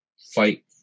fight